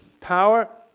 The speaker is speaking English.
power